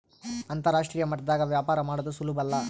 ಅಂತರಾಷ್ಟ್ರೀಯ ಮಟ್ಟದಾಗ ವ್ಯಾಪಾರ ಮಾಡದು ಸುಲುಬಲ್ಲ